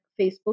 Facebook